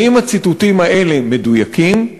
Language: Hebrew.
האם הציטוטים האלה מדויקים?